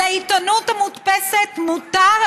לעיתונות המודפסת מותר,